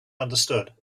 understood